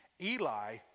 Eli